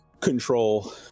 control